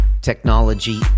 technology